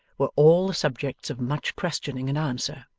were all the subjects of much questioning and answer.